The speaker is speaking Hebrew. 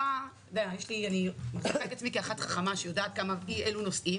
אני מחזיקה מעצמי אישה חכמה שיודעת אי-אלו נושאים